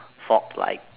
fork like